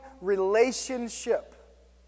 relationship